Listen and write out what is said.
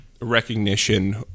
recognition